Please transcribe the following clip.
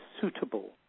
suitable